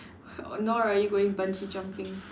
nor are you going bungee jumping